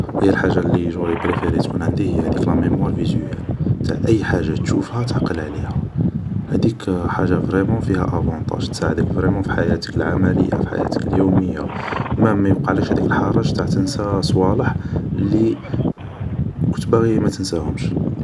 هيا الحاجة لي جوري بريفري تكون عندي هيا هديك لا ميموار فيزوال تاع أي حاجة تشوفها تعقل عليها هاديك حاجة فريمون فيها أفونتاج تساعدك فريمون في حياتك العملية في حياتك اليومية مام ميوقعلكش هداك الحرج تاع تنسى صوالح لي كنت باغي متنسهمش